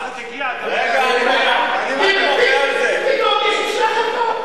המשלחת הגיעה, פתאום יש משלחת פה.